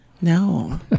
No